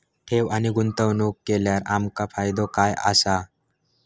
ठेव आणि गुंतवणूक केल्यार आमका फायदो काय आसा?